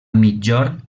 migjorn